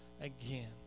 again